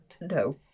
No